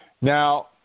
Now